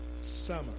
summer